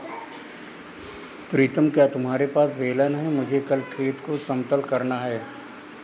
प्रीतम क्या तुम्हारे पास बेलन है मुझे कल खेत को समतल करना है?